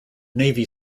navy